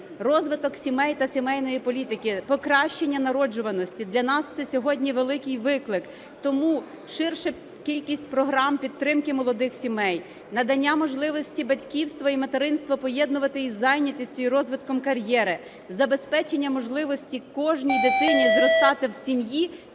Розвиток сімей та сімейної політики. Покращення народжуваності, для нас це сьогодні великий виклик. Тому ширша кількість програм підтримки молодих сімей, надання можливостей батьківства і материнства поєднувати із зайнятістю і розвитком кар'єри, забезпечення можливостей кожної дитині зростати в сім'ї